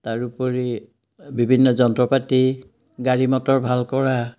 তাৰোপৰি বিভিন্ন যন্ত্ৰপাতি গাড়ী মটৰ ভাল কৰা